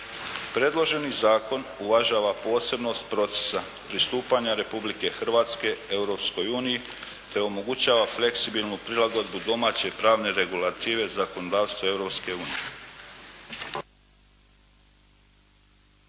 Predloženi zakon uvažava posebnost procesa pristupanja Republike Hrvatske Europskoj uniji te omogućava fleksibilnu prilagodbu domaće i pravne regulative zakonodavstvu